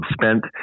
spent